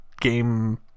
game